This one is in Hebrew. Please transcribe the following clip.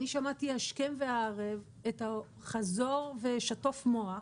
אני שמעתי השכם והערב, חזור ושטוף מוח,